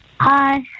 Hi